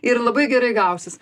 ir labai gerai gausis